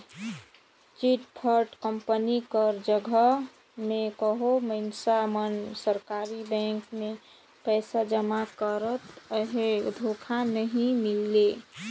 chit fund company कर जगहा में कहों मइनसे मन सरकारी बेंक में पइसा जमा करत अहें धोखा नी मिले